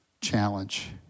challenge